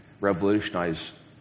Revolutionize